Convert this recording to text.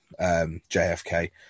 jfk